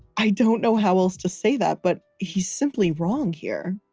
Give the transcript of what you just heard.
i don't know how else to say that but he's simply wrong here.